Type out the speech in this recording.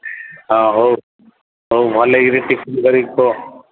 ହଁ ହଉ ହଉ ଭଲକିରି ଟିଫିନ୍ କରିକି ଖୁଆ